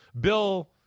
Bill